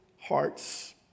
hearts